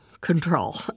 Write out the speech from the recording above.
Control